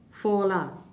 four lah